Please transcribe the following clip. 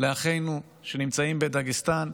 לאחינו שנמצאים בדגסטן: